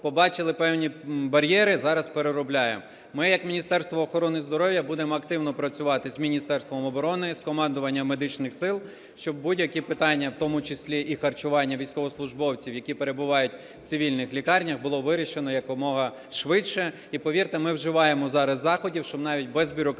побачили певні бар'єри, зараз переробляємо. Ми як Міністерство охорони здоров'я будемо активно працювати з Міністерством оборони, з Командуванням медичних сил, щоб будь-які питання, в тому числі і харчування військовослужбовців, які перебувають в цивільних лікарнях, було вирішено якомога швидше. І, повірте, ми вживаємо зараз заходів, щоб навіть без бюрократичних